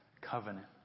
Covenant